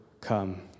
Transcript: come